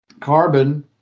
carbon